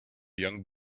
young